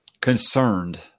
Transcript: concerned